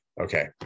Okay